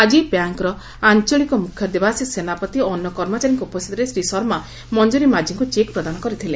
ଆଜି ବ୍ୟାଙ୍କ୍ର ଆଞ୍ଚଳିକ ମୁଖ୍ୟ ଦେବାଶିଷ ସେନାପତି ଓ ଅନ୍ୟ କର୍ମଚାରୀଙ୍କ ଉପସ୍ଥିତିରେ ଶ୍ରୀ ଶର୍ମା ମଞ୍ଚରୀ ମାଝିଙ୍କୁ ଚେକ୍ ପ୍ରଦାନ କରିଥିଲେ